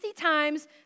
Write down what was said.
times